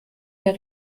mehr